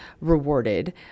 rewarded